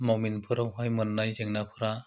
मावमिनफोरावहाय मोन्नाय जेंनाफ्रा